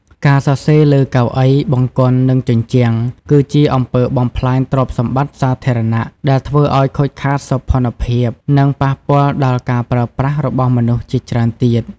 ការសរសេរលើកៅអី បង្គន់ និងជញ្ជាំង គឺជាអំពើបំផ្លាញទ្រព្យសម្បត្តិសាធារណៈ ដែលធ្វើឲ្យខូចខាតសោភ័ណភាព និងប៉ះពាល់ដល់ការប្រើប្រាស់របស់មនុស្សជាច្រើនទៀត។